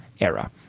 era